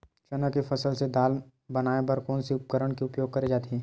चना के फसल से दाल बनाये बर कोन से उपकरण के उपयोग करे जाथे?